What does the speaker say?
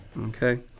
Okay